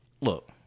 Look